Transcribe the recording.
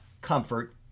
comfort